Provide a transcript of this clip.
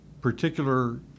particular